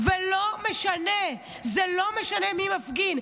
וזה לא משנה מי מפגין.